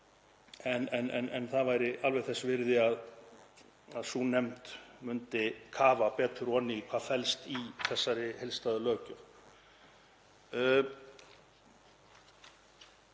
en það væri alveg þess virði að sú nefnd myndi kafa betur ofan í hvað felst í þessari heildstæðu löggjöf.